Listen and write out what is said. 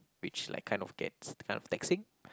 which like kind of gets like kind of taxing